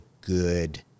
good